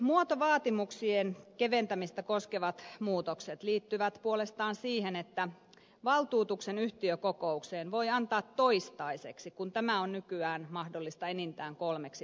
muotovaatimuksien keventämistä koskevat muutokset liittyvät puolestaan siihen että valtuutuksen yhtiökokoukseen voi antaa toistaiseksi kun tämä on nykyään mahdollista enintään kolmeksi vuodeksi